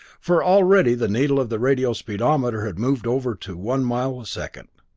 for already the needle of the radio speedometer had moved over to one mile a second.